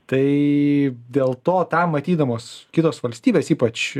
tai dėl to tą matydamos kitos valstybės ypač